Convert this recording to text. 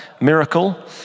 miracle